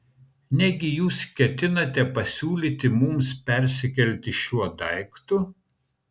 negi jūs ketinate pasiūlyti mums persikelti šiuo daiktu